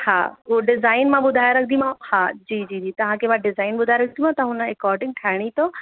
हा उहो डिज़ाइन मां ॿुधाए रखंदीमांव हा जी जी तव्हांखे मां डिज़ाइन ॿुधाए रखंदीमांव त हुनजे अकॉर्डिंग ठाहिणी अथव